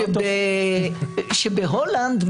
שבהולנד,